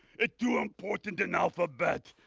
it too important in alphabet.